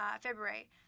February